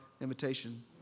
invitation